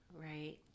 Right